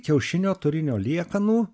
kiaušinio turinio liekanų